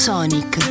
Sonic